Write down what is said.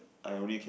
I only can